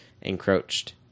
encroached